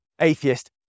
atheist